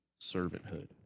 servanthood